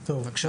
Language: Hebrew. בבקשה.